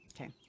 Okay